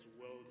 world